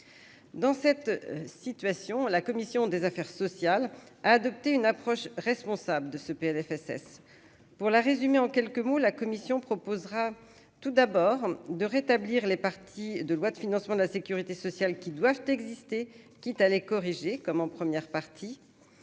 dans cette situation, la commission des affaires sociales a adopté une approche responsable de ce Plfss pour la résumer en quelques mots : la commission proposera tout d'abord, de rétablir les parties de loi de financement de la Sécurité sociale, qui doivent exister, quitte à les corriger, comme en première partie